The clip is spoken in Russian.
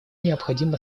необходимо